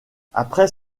après